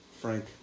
Frank